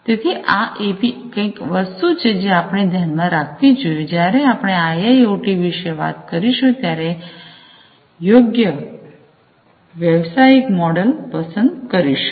તેથી આ એવી કંઈક વસ્તુ છે જે આપણે ધ્યાનમાં રાખવી જોઈએ જ્યારે આપણે આઈઆઈઑટી વિશે વાત કરીશું ત્યારે યોગ્ય વ્યવસાયિક મોડેલ પસંદ કરીશું